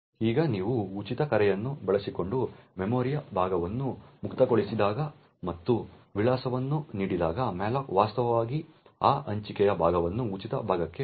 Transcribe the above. ಈಗ ನೀವು ಉಚಿತ ಕರೆಯನ್ನು ಬಳಸಿಕೊಂಡು ಮೆಮೊರಿಯ ಭಾಗವನ್ನು ಮುಕ್ತಗೊಳಿಸಿದಾಗ ಮತ್ತು ವಿಳಾಸವನ್ನು ನೀಡಿದಾಗ malloc ವಾಸ್ತವವಾಗಿ ಆ ಹಂಚಿಕೆಯ ಭಾಗವನ್ನು ಉಚಿತ ಭಾಗಕ್ಕೆ ಪರಿವರ್ತಿಸುತ್ತದೆ